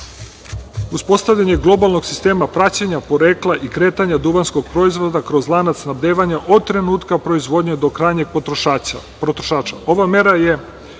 uspostavljanje globalnog sistema praćenja, porekla i kretanja duvanskog proizvoda kroz lanac snabdevanja od trenutka proizvodnje do krajnjeg potrošača.